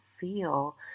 feel